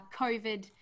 covid